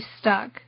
stuck